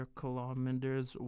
kilometers